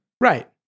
Right